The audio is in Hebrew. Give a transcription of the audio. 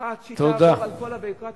אחת שתפקח על כל הביורוקרטיה